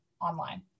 online